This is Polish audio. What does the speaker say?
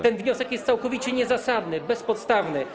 Ten wniosek jest całkowicie niezasadny, bezpodstawny.